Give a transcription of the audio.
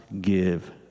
give